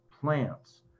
plants